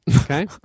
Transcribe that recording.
okay